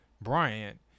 Bryant